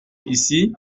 ici